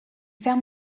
found